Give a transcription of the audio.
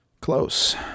Close